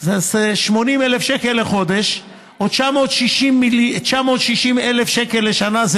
זה 80,000 שקל לחודש או 960,000 לשנה.